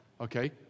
Okay